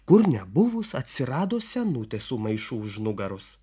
kur nebuvus atsirado senutė su maišu už nugaros